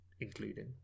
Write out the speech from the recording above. including